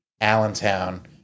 Allentown